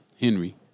Henry